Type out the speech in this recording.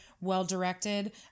well-directed